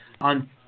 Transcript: On